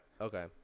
Okay